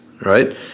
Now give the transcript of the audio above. Right